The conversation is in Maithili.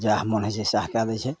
जएह मोन होइ छै सएह कए दै छै